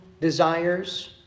desires